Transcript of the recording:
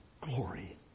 glory